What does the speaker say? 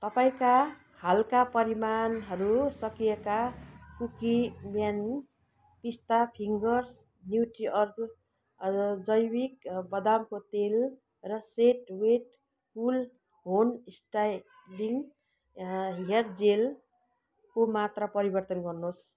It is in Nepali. तपाईँका हालका परिमाणहरू सकिएकाले कुकिम्यान पिस्ता फिङ्गर्स न्युट्रिअर्ग जैविक बदामको तेल र set wet cool hold styling hair जेलको मात्रा परिवर्तन गर्नुहोस्